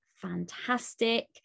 fantastic